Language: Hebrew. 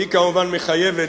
והיא כמובן מחייבת,